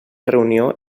reunió